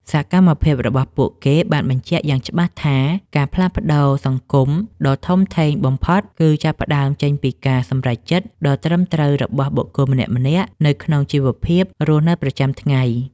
សកម្មភាពរបស់ពួកគេបានបញ្ជាក់យ៉ាងច្បាស់ថា ការផ្លាស់ប្តូរសង្គមដ៏ធំធេងបំផុត គឺចាប់ផ្តើមចេញពីការសម្រេចចិត្តដ៏ត្រឹមត្រូវរបស់បុគ្គលម្នាក់ៗនៅក្នុងជីវភាពរស់នៅប្រចាំថ្ងៃ។